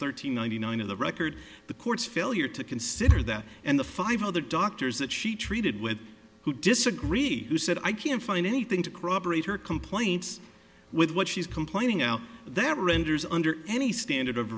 thirteen ninety nine of the record the court's failure to consider that and the five other doctors that she treated with who disagree who said i can't find anything to corroborate her complaints with what she's complaining out that renders under any standard of